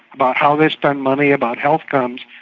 about how they spend money, about health outcomes,